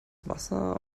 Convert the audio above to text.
wasser